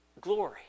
glory